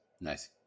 Nice